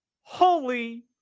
Holy